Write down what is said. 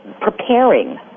preparing